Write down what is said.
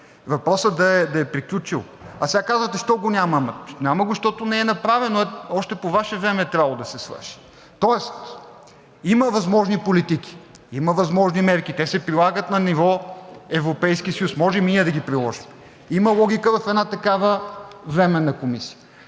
въпросът да е приключил. Сега казвате – защо го няма? Няма го, защото не е направено. Още по Ваше време е трябвало да се свърши. Тоест има възможни политики. Има възможни мерки. Те се прилагат на ниво Европейски съюз. Можем и ние да ги приложим. Има логика в една такава Временна комисия.